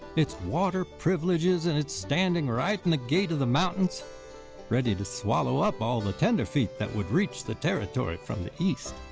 its water privileges and its standing right in the gate of the mountains ready to swallow up all the tenderfeet that would reach the territory from the east,